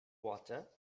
water